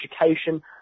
education